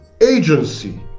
agency